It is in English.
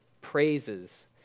praises